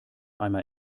einmal